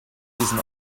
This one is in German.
diesem